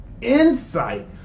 insight